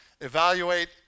Evaluate